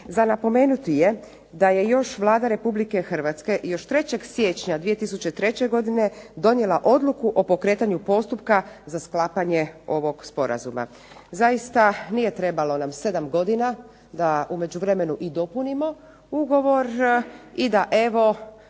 Za napomenuti je da je još Vlada Republike Hrvatske još 3. siječnja 2003. godine donijela odluku o pokretanju postupka za sklapanje ovog sporazuma. Zaista nije trebalo nam 7 godina da u međuvremenu i dopunimo ugovor i da evo